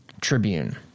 Tribune